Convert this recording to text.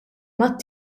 mat